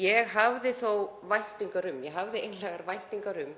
Ég hafði þó væntingar um, ég hafði einlægar væntingar um